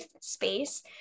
space